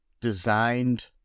designed